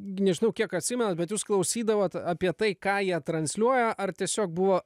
gi nežinau kiek atsimenu bet jūs klausydavot apie tai ką jie transliuoja ar tiesiog buvo